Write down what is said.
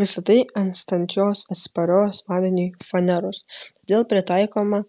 visa tai ant standžios atsparios vandeniui faneros todėl pritaikoma